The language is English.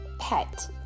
pet